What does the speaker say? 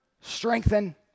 strengthen